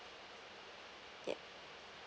yup